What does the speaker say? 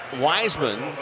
Wiseman